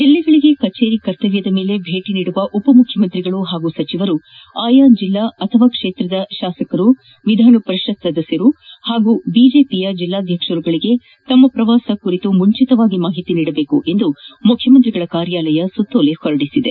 ಜಲ್ಲಿಗಳಿಗೆ ಕಚೇರಿ ಕರ್ತವ್ಯದ ಮೇಲೆ ಭೇಟಿ ನೀಡುವ ಉಪಮುಖ್ಯಮಂತ್ರಿಗಳು ಪಾಗೂ ಸಚವರು ಅಯಾ ಜಿಲ್ಲಾ ಅಥವಾ ಕ್ಷೇತ್ರದ ಶಾಸಕರು ವಿಧಾನ ಪರಿಷತ್ ಸದಸ್ಕರು ಪಾಗೂ ಬಿಜೆಪಿಯ ಜಿಲ್ಲಾಧ್ವಕ್ಷರುಗಳಿಗೆ ತಮ್ಮ ಪ್ರವಾಸ ಕುರಿತು ಮುಂಚಿಕವಾಗಿ ಮಾಹಿತಿ ನೀಡಬೇಕು ಎಂದು ಮುಖ್ಯಮಂತ್ರಿಗಳ ಕಾರ್ಯಾಲಯ ಸುತ್ತೋಲೆ ಹೊರಡಿಸಿದೆ